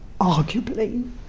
arguably